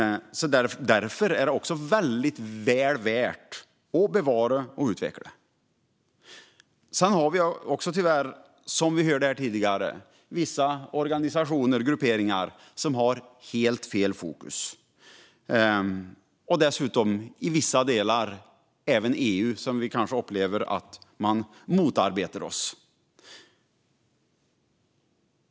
Även därför är jakten väldigt väl värd att bevara och utveckla. Sedan har vi också tyvärr, som vi hörde här tidigare, vissa organisationer och grupperingar som har helt fel fokus. Dessutom upplever vi kanske även att EU motarbetar oss i vissa delar.